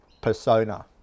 persona